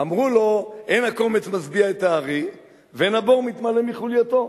אמרו לו: אין הקומץ משביע את הארי ואין הבור מתמלא מחולייתו,